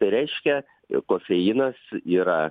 tai reiškia jog kofeinas yra